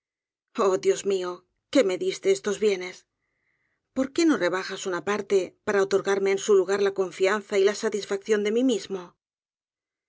oh dios mío que me diste estos bienes por qué no rebajas una parte para otorgarme en su lugar la confianza y la satisfacción de mismo